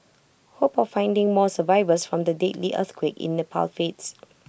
hope of finding more survivors from the deadly earthquake in pal fades